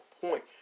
point